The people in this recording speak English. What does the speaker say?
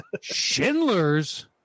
Schindler's